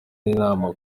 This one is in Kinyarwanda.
n’inama